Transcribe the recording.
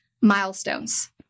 milestones